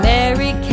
Mary